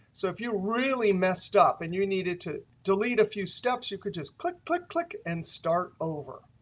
so if you really messed up and you needed to delete a few steps, you could just click, click, click and start over.